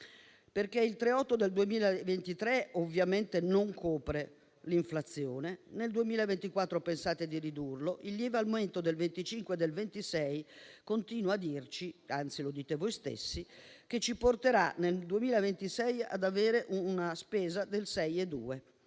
per cento del 2023 ovviamente non copre l'inflazione, nel 2024 pensate di ridurlo, il lieve aumento del 2025 e del 2026 continua a dirci - anzi lo dite voi stessi - che ci porterà nel 2026 ad avere una spesa del 6,2